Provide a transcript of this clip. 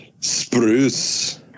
Spruce